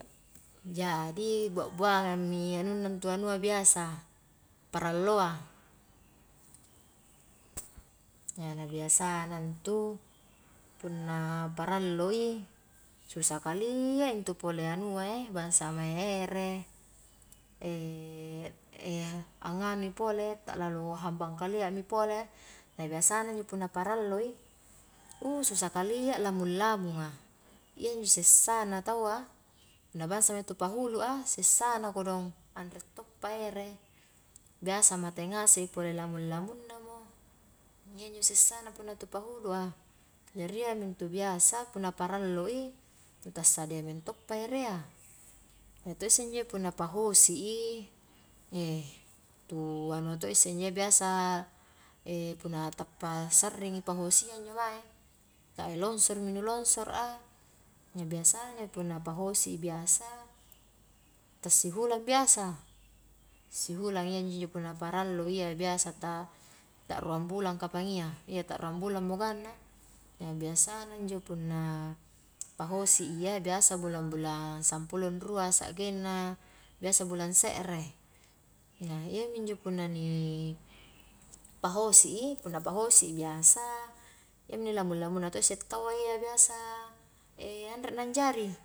Jadi bua-buangang mi anunna intu anunna biasa, paralloa na biasana intu punna paralloi susah kalia intu pole anuae bangsa mae ere anganui pole ta'lalo hambang kaliami pole, na biasana injo punna parallo i susah kalia lamung-lamung a, iya injo sessana tau a, na bangsa mae tu pahulua, sessana kodong anre tokpa ere, biasa mate ngase pole lamung-lamungna mo, iya injo sessana punna tu pahulu a, jari iya mi intu biasa punna parallo i, nu tassadia mentok pa erea, iya to isse injo punna pahosi i, tu anua to isse injo biasa punna tappa sarring i pahosia injo mae, longsor mi nu longsor a nu biasana injo punna pahosi i biasa, tassihulang biasa, sihulang iya jinjo punna parallo iya biasa ta ruang bulan kapang iya ta ruang bulan mo ganna, biasana injo punna pahosi iya biasa bulang-bulang sampulong rua sa'genna biasa bulan se're, na iya minjo punna ni pahosi i, punna pahosi i biasa, iyami inni lamung-lamungna to isse tau a iyya biasa e anre nanjari.